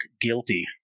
Guilty